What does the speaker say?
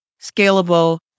scalable